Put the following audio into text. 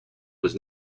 was